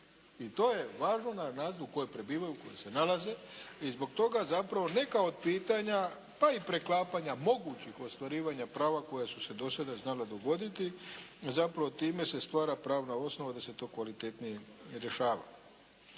i to je važno … koje prebivaju, koje se nalaze i zbog toga zapravo neka od pitanja, pa i preklapanja mogućih ostvarivanja prava koja su se do sada znala dogoditi, zapravo time se stvara pravna osnova da se to kvalitetnije rješava.